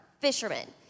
fishermen